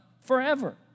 forever